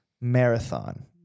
marathon